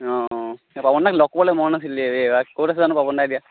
অঁ অঁ পাপন দাক লগ কৰিবলৈ মন আছিলে বে' এবাৰ ক'ত আছে জানো পাপন দা এতিয়া